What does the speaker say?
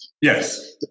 Yes